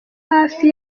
hafi